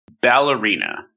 Ballerina